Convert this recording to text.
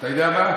אתה יודע מה?